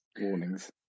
warnings